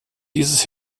dieses